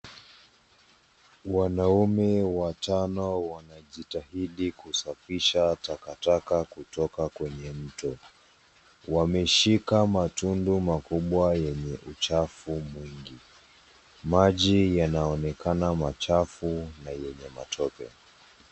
Wanaume watano wanajitahidi kusafisha takataka kutoka kwenye mto. Wameshika matundu makubwa yenye uchafu mwingi. Maji yanaonekana machafu na yenye matope.